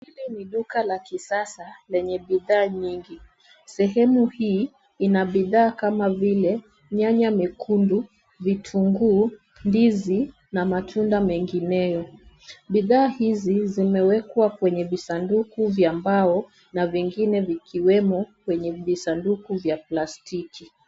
Hili ni duka la kisasa lenye bidhaa nyingi. Sehemu hii ina bidhaa kama vile nyanya mekundu, vitunguu, ndizi na matunda mengineyo. Bidhaa hizi zimewekwa kwenye visanduku vya mbao na vingine vikiwemo kwenye visanduku vya plastiki.